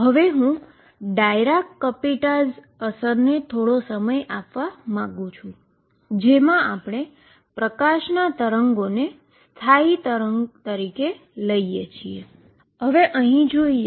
હવે હું Dirac Kapitza અસરને થોડો સમય આપવા માંગું છું જેમાં આપણે લાઈટનાં વેવને જો હું સ્ટેંડીંગ વેવ તરીકે લઈએ